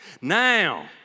Now